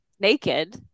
naked